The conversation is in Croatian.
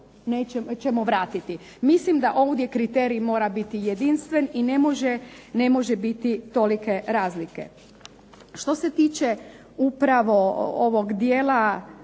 Mislim da ovdje kriterij mora biti jedinstven i ne može biti tolike razlike. Što se tiče upravo ovog dijela